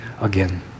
again